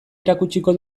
erakutsiko